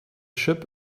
ship